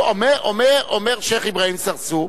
אומר שיח' אברהים צרצור,